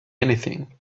anything